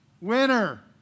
Winner